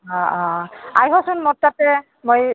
অঁ অঁ আহিবচোন মোৰ তাতে মই